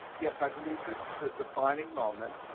yes, i believe this is a defining moment,